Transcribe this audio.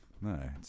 No